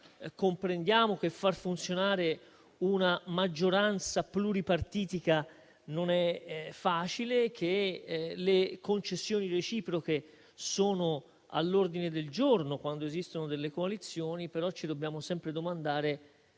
comprendiamo che far funzionare una maggioranza pluripartitica non è facile e che le concessioni reciproche sono all'ordine del giorno quando esistono delle coalizioni. Ci dobbiamo, però, sempre domandare